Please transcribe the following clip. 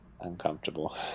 uncomfortable